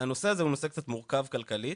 הנושא הזה הוא נושא קצת מורכב כלכלית,